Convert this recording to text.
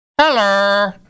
Hello